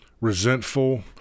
resentful